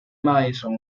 madison